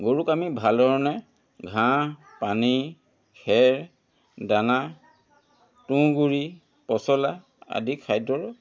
গৰুক আমি ভাল ধৰণে ঘাঁহ পানী খেৰ দানা তুহঁগুৰি পছলা আদি খাদ্যৰ